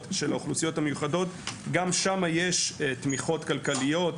של האוכלוסיות המיוחדות יש תמיכות כלכליות,